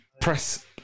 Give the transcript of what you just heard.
press